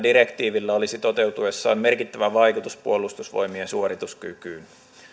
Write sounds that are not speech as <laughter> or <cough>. <unintelligible> direktiivillä olisi toteutuessaan merkittävä vaikutus puolustusvoimien suorituskykyyn